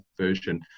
version